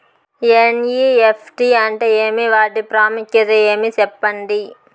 NEFT అంటే ఏమి వాటి ప్రాముఖ్యత ఏమి? సెప్పండి?